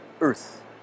Earth